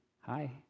hi